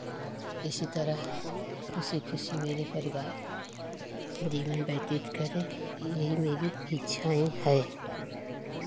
इसी तरह ख़ुशी ख़ुशी मेरे परिवार जीवन व्यतीत करें यही मेरी इच्छा है